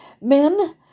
Men